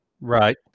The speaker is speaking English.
Right